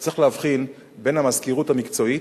צריך להבחין בין המזכירות המקצועית,